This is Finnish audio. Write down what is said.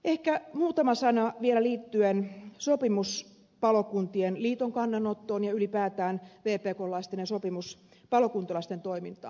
ehkä muutama sana vielä liittyen sopimuspalokuntien liiton kannanottoon ja ylipäätään vpklaisten ja sopimuspalokuntalaisten toimintaan